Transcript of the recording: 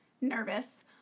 nervous